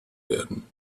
werden